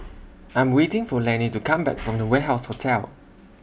I'm waiting For Lanny to Come Back from The Warehouse Hotel